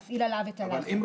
כדי להפעיל עליו לחץ,